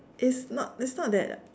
it's not it's not that